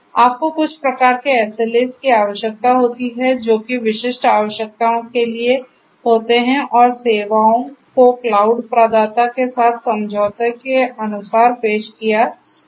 तो आपको कुछ प्रकार के SLAs की आवश्यकता होती है जो कि विशिष्ट आवश्यकताओं के लिए होते हैं और सेवाओं को क्लाउड प्रदाता के साथ समझौते के अनुसार पेश किया जाना चाहिए